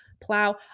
plow